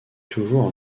toujours